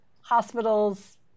hospitals